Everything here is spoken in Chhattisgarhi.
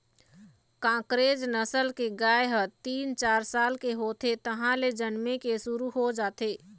कांकरेज नसल के गाय ह तीन, चार साल के होथे तहाँले जनमे के शुरू हो जाथे